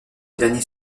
dernier